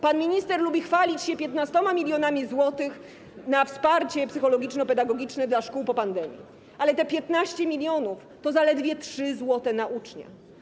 Pan minister lubi chwalić się 15 mln zł na wsparcie psychologiczno-pedagogiczne dla szkół po pandemii, ale te 15 mln zł to zaledwie 3 zł na ucznia.